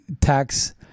tax